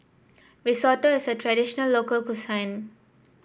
risotto is a traditional local cuisine